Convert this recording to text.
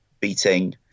beating